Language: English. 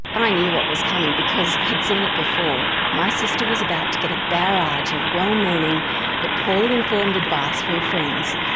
i knew what was coming, because i had seen it before. my sister was about to get a barrage of well-meaning but poorly-informed advice from friends,